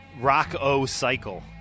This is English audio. rock-o-cycle